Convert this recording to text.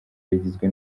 rigizwe